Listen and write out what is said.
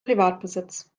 privatbesitz